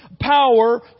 power